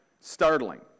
startling